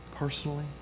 personally